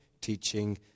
teaching